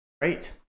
great